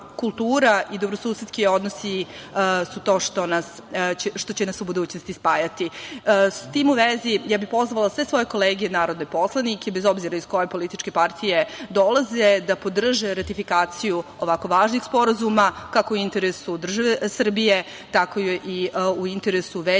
i dobrosusedski odnosi su to što će nas u budućnosti spajati. S tim u vezi ja bih pozvala sve svoje kolege narodne poslanike, bez obzira iz koje političke partije dolaze da podrže ratifikaciju ovako važnih sporazuma, kako u interesu Srbije, tako i u interesu veće